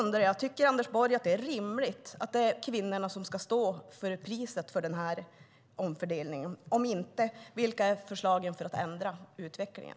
Tycker Anders Borg att det är rimligt att det är kvinnorna som ska stå för priset för omfördelningen? Om inte, vilka är förslagen för att ändra utvecklingen?